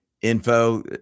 info